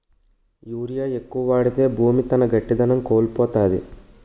urea ఎక్కువ వాడితే భూమి తన గట్టిదనం కోల్పోతాది